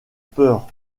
peur